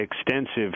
extensive